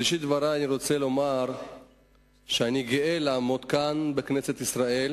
בראשית דברי אני רוצה לומר שאני גאה לעמוד כאן בכנסת ישראל